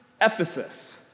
Ephesus